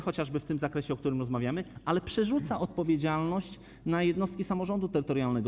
chociażby w tym zakresie, o którym rozmawiamy, ale przerzuca odpowiedzialność na jednostki samorządu terytorialnego.